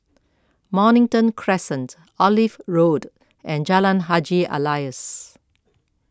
Mornington Crescent Olive Road and Jalan Haji Alias